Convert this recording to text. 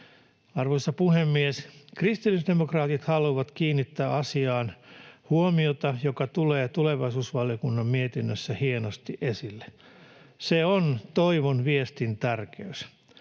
Arvoisa puhemies! Kristillisdemokraatit haluavat kiinnittää huomiota asiaan, joka tulee tulevaisuusvaliokunnan mietinnössä hienosti esille. Se on toivon viestin tärkeys.